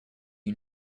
you